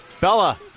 Bella